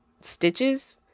stitches